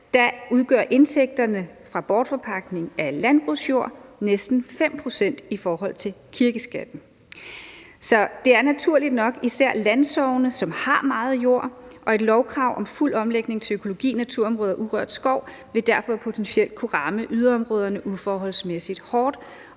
udgør indtægterne fra bortforpagtning af landbrugsjord næsten 5 pct. i forhold til kirkeskatten. Så det er naturligt nok især landsogne, som har meget jord, og et lovkrav om fuld omlægning til økologi, naturområder og urørt skov vil derfor potentielt kunne ramme yderområderne uforholdsmæssig hårdt,